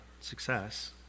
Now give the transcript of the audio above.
success